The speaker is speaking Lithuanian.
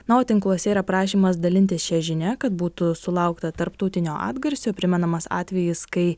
na o tinkluose yra prašymas dalintis šia žinia kad būtų sulaukta tarptautinio atgarsio primenamas atvejis kai